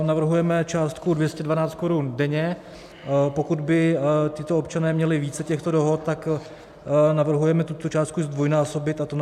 Navrhujeme částku 212 korun denně, a pokud by tito občané měli více těchto dohod, tak navrhujeme tuto částku zdvojnásobit, a to na 424 korun.